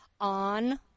on